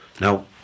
now